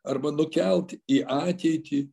arba nukelt į ateitį